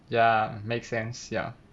ya makes sense ya